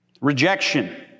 Rejection